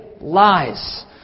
lies